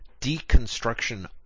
deconstruction